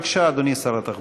בבקשה, אדוני שר התחבורה.